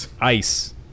ice